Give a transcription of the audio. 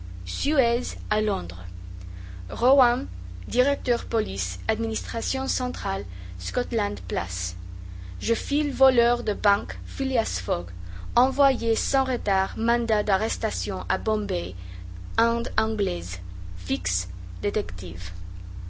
à londres rowan directeur police administration centrale scotland place je file voleur de banque phileas fogg envoyez sans retard mandat d'arrestation à bombay inde anglaise fix détective